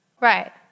Right